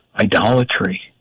idolatry